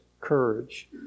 courage